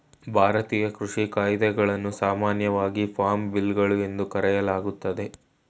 ಭಾರತೀಯ ಕೃಷಿ ಕಾಯಿದೆಗಳನ್ನು ಸಾಮಾನ್ಯವಾಗಿ ಫಾರ್ಮ್ ಬಿಲ್ಗಳು ಎಂದು ಕರೆಯಲಾಗ್ತದೆ